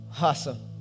Awesome